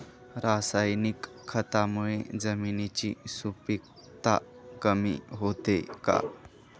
रासायनिक खतांमुळे जमिनीची सुपिकता कमी होते का?